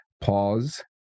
pause